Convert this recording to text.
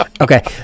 okay